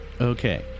Okay